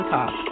Talk